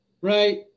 right